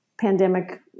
pandemic